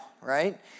right